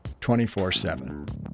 24-7